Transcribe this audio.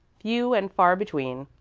few and far between.